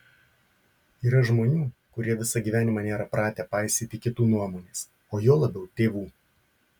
yra žmonių kurie visą gyvenimą nėra pratę paisyti kitų nuomonės o juo labiau tėvų